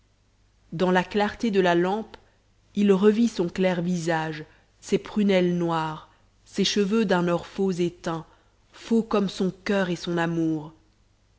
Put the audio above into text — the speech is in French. dans la clarté de la lampe il revit son clair visage ses prunelles noires ses cheveux d'un or faux et teint faux comme son coeur et son amour